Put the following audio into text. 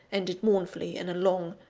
ended mournfully in a long,